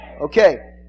Okay